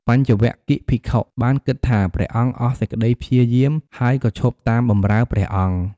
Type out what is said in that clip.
បញ្ចវគិ្គយ៍ភិក្ខុបានគិតថាព្រះអង្គអស់សេចក្តីព្យាយាម ហើយក៏ឈប់តាមបម្រើព្រះអង្គ។